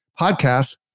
podcast